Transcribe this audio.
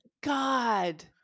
god